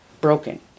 broken